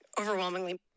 Overwhelmingly